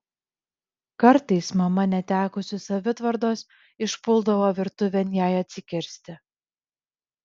kartais mama netekusi savitvardos išpuldavo virtuvėn jai atsikirsti